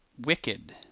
wicked